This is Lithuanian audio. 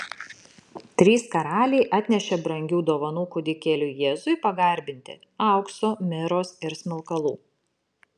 trys karaliai atnešė brangių dovanų kūdikėliui jėzui pagarbinti aukso miros ir smilkalų